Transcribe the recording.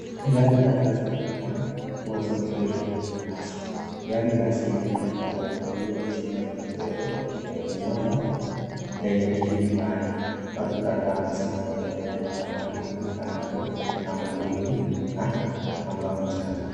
Gari kadhaa zimeonekana kuwa zimeegeshwa kwenye nyasi. Gari la COB la rangi ya buluu ya chuma imeegezwa kwenye eneo lenye miti nyuma yake. Watu kadhaa wamesimama mbele yake na anga inaonekana kuwa na mawingu na anga mchana.